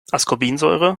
ascorbinsäure